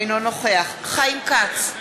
אינו נוכח חיים כץ,